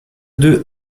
deux